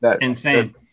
insane